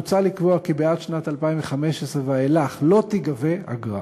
מוצע לקבוע כי בעד שנת 2015 ואילך לא תיגבה אגרה.